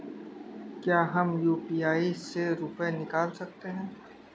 क्या हम यू.पी.आई से रुपये निकाल सकते हैं?